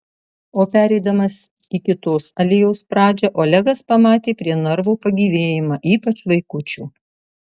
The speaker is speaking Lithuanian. o pereidamas į kitos alėjos pradžią olegas pamatė prie narvo pagyvėjimą ypač vaikučių